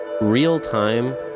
real-time